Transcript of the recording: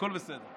הכול בסדר.